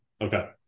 okay